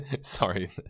sorry